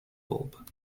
bulb